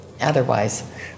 otherwise